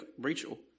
Rachel